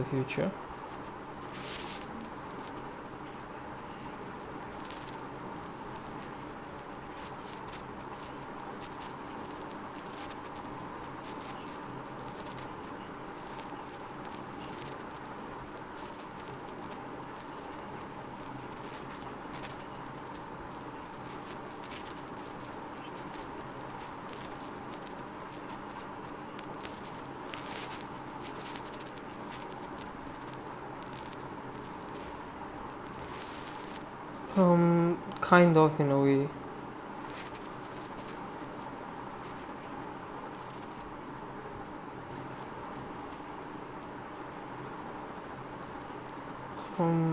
future hmm kind of in a way um